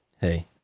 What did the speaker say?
Hey